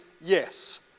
yes